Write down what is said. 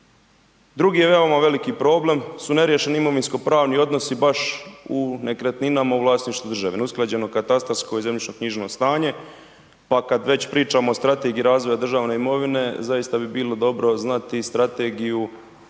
Drugi je veoma veliki problem su neriješeni imovinsko pravni odnosi baš u nekretninama u vlasništvu države, neusklađeno katastarsko i zemljišnoknjižno stanje, pa kad već pričamo o strategiji razvoja državne imovine zaista bi bilo dobro znati i strategiju